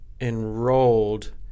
enrolled